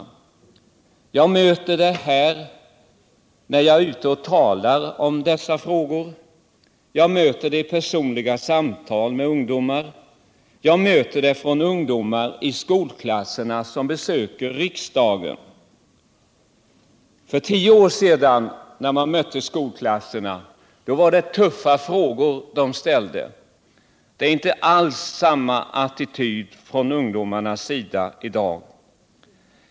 Jag möter det när jag är ute och talar om dessa frågor. Jag möter det i personliga samtal med ungdomarna. Jag möter det från ungdomar i skolklasser som besöker riksdagen. För tio år sedan var det tuffa frågor skolklasserna ställde. Det är inte alls samma attityd från ungdomarnas sida i dag.